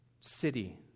city